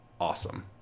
awesome